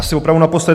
Asi opravdu naposled.